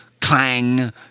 clang